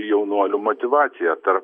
jaunuolių motyvaciją tarp